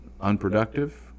unproductive